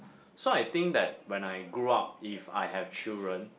so I think that when I grow up if I have children